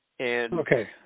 Okay